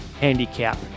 Handicap